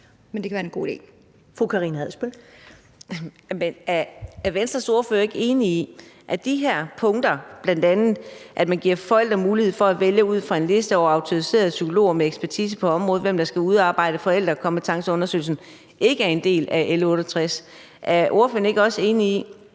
19:24 Karina Adsbøl (DF): Er Venstres ordfører ikke enig i, at de her punkter, bl.a. at man giver forældre mulighed for at vælge ud fra en liste over autoriserede psykologer med ekspertise på området, hvem der skal udarbejde forældrekompetencerundersøgelsen, ikke er en del af L 68 B? Er ordføreren ikke også enig i